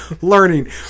learning